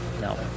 No